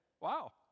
Wow